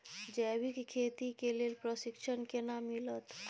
जैविक खेती के लेल प्रशिक्षण केना मिलत?